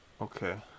okay